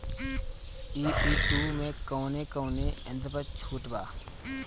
ई.सी टू मै कौने कौने यंत्र पर छुट बा?